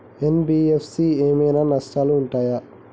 NBFC ఏమైనా నష్టాలు ఉంటయా?